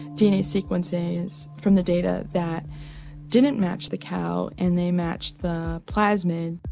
dna sequences from the data that didn't match the cow and they matched the plasmid.